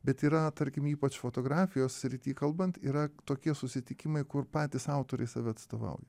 bet yra tarkim ypač fotografijos srity kalbant yra tokie susitikimai kur patys autoriai save atstovauja